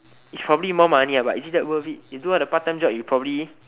it's probably more money lah but is it that worth it you do all the part-time job you probably